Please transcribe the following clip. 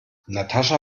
natascha